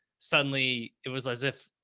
suddenly it was as if,